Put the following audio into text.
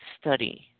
study